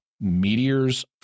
meteors